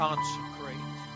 consecrate